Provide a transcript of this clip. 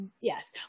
Yes